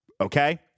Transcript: Okay